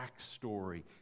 backstory